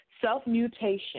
Self-mutation